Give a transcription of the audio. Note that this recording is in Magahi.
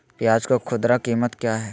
प्याज के खुदरा कीमत क्या है?